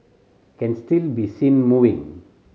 can still be seen moving